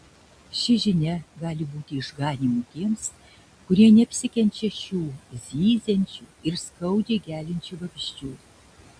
ši žinia gali būti išganymu tiems kurie neapsikenčia šių zyziančių ir skaudžiai geliančių vabzdžių